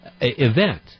event